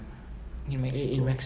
in mexico